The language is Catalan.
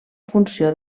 funció